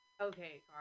Okay